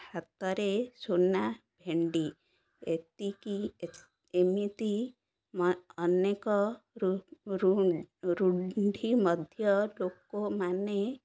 ହାତରେ ସୁନା ଭେଣ୍ଡି ଏତିକି ଏମିତି ଅନେକ ରୂଢ଼ି ମଧ୍ୟ ଲୋକମାନେ